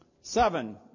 Seven